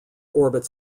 orbit